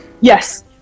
Yes